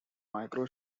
micro